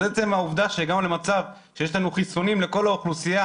עצם העובדה שהגענו למצב שיש לנו חיסונים לכל האוכלוסייה,